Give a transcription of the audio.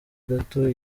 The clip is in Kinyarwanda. gato